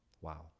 Wow